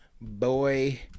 Boy